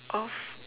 of